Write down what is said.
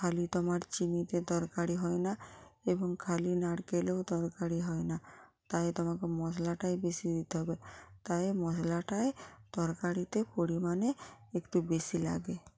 খালি তোমার চিনিতে তরকারি হয় না এবং খালি নারকেলেও তরকারি হয় না তাই তোমাকে মশলাটাই বেশি দিতে হবে তাই মশলাটাই তরকারিতে পরিমাণে একটু বেশি লাগে